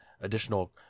additional